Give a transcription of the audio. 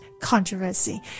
Controversy